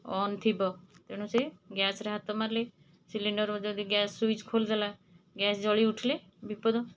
on ଥିବ ତେଣୁ ସିଏ ଗ୍ୟାସ୍ରେ ହାତ ମାରିଲେ ସିଲିଣ୍ଡର୍ ମଧ୍ୟ ଯଦି ଗ୍ୟାସ୍ ସୁଇଚ୍ ଖୋଲିଦେଲା ଗ୍ୟାସ୍ ଜଳି ଉଠିଲେ ବିପଦ